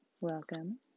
Welcome